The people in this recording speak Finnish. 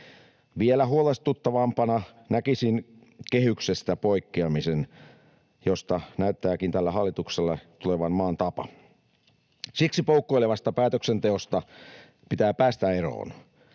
Vielä huolestuttavampana näkisin kehyksestä poikkeamisen, josta näyttääkin tällä hallituksella tulevan maan tapa. Poukkoilevasta päätöksenteosta pitää päästä eroon.